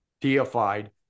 deified